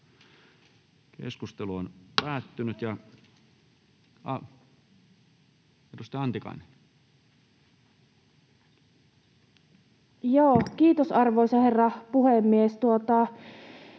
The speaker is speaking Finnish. Keskusteluun. Edustaja Antikainen. Kiitos, arvoisa herra puhemies!